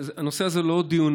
הנושא הזה הוא לא דיון